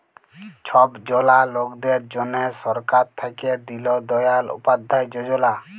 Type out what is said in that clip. ছব জলা লকদের জ্যনহে সরকার থ্যাইকে দিল দয়াল উপাধ্যায় যজলা